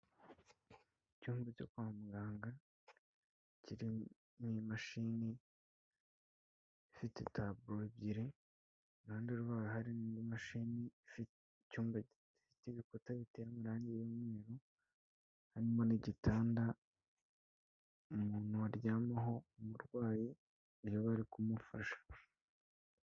Icyumba cyo kwa muganga kirimo imashini ifite taburo ebyiri, iruhande rwayo hari imashini ifite icyumba gidafite ibikuta biteye amarangi yumweru harimo n'igitanda, umuntu aryamaho w'umurwayi iyo bari kumufasha.